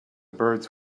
birds